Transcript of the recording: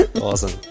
Awesome